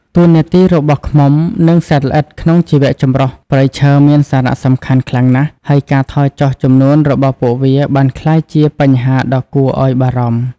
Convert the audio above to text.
តួនាទីរបស់ឃ្មុំ និងសត្វល្អិតក្នុងជីវៈចម្រុះព្រៃឈើមានសារៈសំខាន់ខ្លាំងណាស់ ហើយការថយចុះចំនួនរបស់ពួកវាបានក្លាយជាបញ្ហាដ៏គួរឲ្យបារម្ភ។